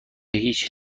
هیچ